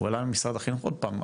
הוא עלה ממשרד החינוך עוד פעם.